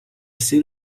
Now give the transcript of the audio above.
city